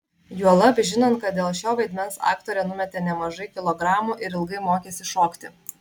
juolab žinant kad dėl šio vaidmens aktorė numetė nemažai kilogramų ir ilgai mokėsi šokti